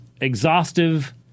exhaustive